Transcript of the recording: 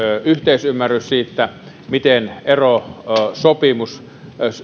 yhteisymmärrys siitä miten erosopimus